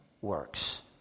works